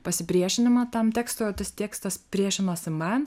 pasipriešinimą tam tekstui o tas tekstas priešinosi man